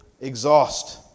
exhaust